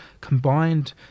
combined